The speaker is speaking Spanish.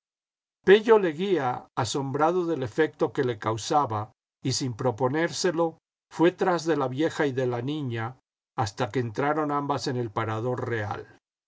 pello leguía asombrado del efecto que le causaba y sin proponérselo fué tras de la vieja y de la niña hasta que entraron ambas en el parador real